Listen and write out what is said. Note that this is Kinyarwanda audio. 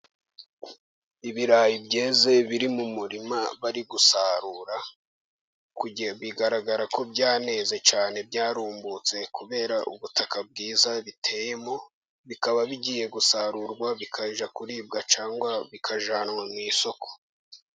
Ibirayi byeze biri mu murima bari gusarura, bigaragara ko byaneze cyane byarumbutse, kubera ubutaka bwiza biteyemo, bikaba bigiye gusarurwa bikajya kuribwa cyangwa bikajyanwa mu isoko.